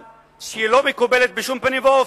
שלא מקובלת בשום פנים ואופן,